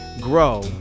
Grow